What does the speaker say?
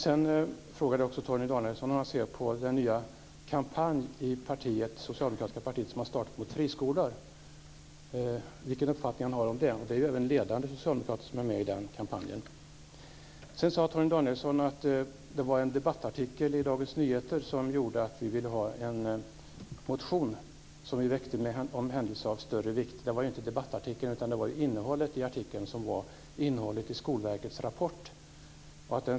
Sedan frågade jag hur han ser på den nya kampanj som man i det socialdemokratiska partiet startat mot friskolor. Det är ledande socialdemokrater med i den kampanjen. Torgny Danielsson sade att det var en debattartikel i Dagens Nyheter som gjorde att vi ville väcka en motion med anledning av en händelse av större vikt. Det är inte artikeln utan innehållet i artikeln, innehållet i Skolverkets rapport.